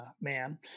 man